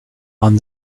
and